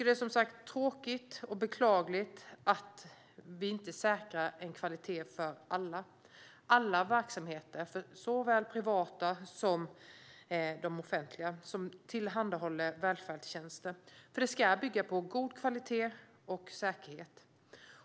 Det är som sagt tråkigt och beklagligt att vi inte säkrar kvaliteten för alla verksamheter som tillhandahåller välfärdstjänster, såväl privata som offentliga. Det ska vara god kvalitet och säkerhet.